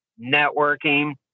networking